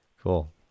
Cool